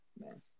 man